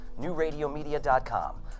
NewRadioMedia.com